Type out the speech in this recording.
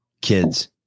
kids